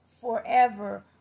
forever